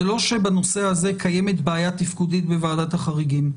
זה לא שבנושא הזה קיימת בעיה תפקודית בוועדת החריגים,